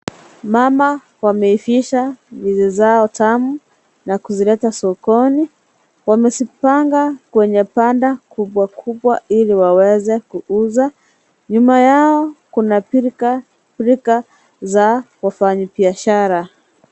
Mama wameivisha ndizi zao tamu na kuzileta sokoni, wamezipanga kwenye banda kubwa kubwa ili waweze kuuza, nyuma yao kuna pilka pilka za wafanyi biashara.